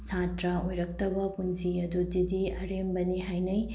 ꯁꯥꯇ꯭ꯔ ꯑꯣꯏꯔꯛꯇꯕ ꯄꯨꯟꯁꯤ ꯑꯗꯨꯗꯤ ꯑꯔꯦꯝꯕꯅꯤ ꯍꯥꯏꯅꯩ